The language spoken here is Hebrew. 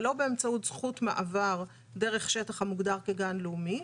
ולא באמצעות זכות מעבר דרך שטח המוגדר כגן לאומי.